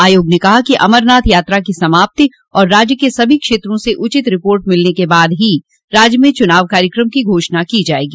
आयोग ने कहा कि अमरनाथ यात्रा की समाप्ति और राज्य के सभी क्षेत्रों से उचित रिपोर्ट मिलने के बाद ही राज्य में चूनाव कार्यक्रम की घोषणा की जायेगी